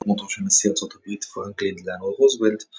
בעקבות מותו של נשיא ארצות הברית פרנקלין דלאנו רוזוולט,